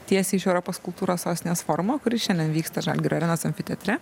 tiesiai iš europos kultūros sostinės forumo kuris šiandien vyksta žalgirio arenos amfiteatre